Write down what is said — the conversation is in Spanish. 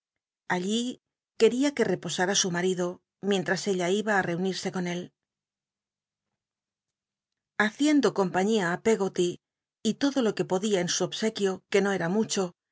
c quería que reposa á su marido mientras ella iba i reunirse con él haciendo compaiiia í pc goty y todo lo que podia en su obsequio que no cm mucho